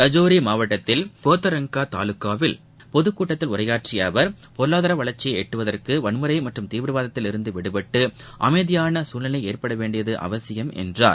ரஜோவ்ரி மாவட்டத்தில் கோத்தரள்கா தாலுக்காவில் பொதுக்கூட்டத்தில் உரையாற்றிய அவர் பொருளாதார வளர்ச்சியை எட்டுவதற்கு வன்முறை மற்றும் தீவிரவாதத்தில் இருந்து விடுபட்டு அமைதியாள குழ்நிலை ஏற்படவேண்டியது அவசியம் என்றார்